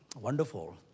Wonderful